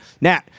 Nat